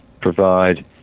provide